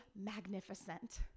magnificent